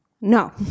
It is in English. No